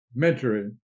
mentoring